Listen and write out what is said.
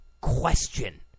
question